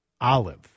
Olive